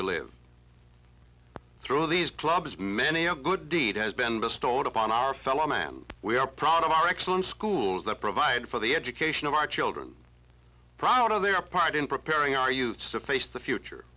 to live through these clubs many a good deed has been bestowed upon our fellow man we are proud of our excellent schools that provide for the education of our children proud of their part in preparing our youth to face the future